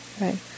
right